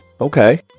Okay